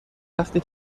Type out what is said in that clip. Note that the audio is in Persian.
وقتی